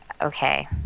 okay